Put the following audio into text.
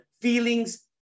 feelings